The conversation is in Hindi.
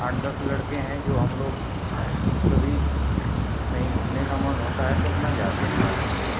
आठ दस लड़के हैं जो हम लोग कभी कहीं घूमने का मन होता है तो अपना जाते हैं बाइक से